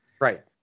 right